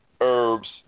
herbs